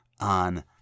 on